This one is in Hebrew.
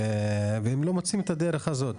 והם לא מוצאים את הדרך הזאת,